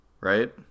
Right